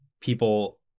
people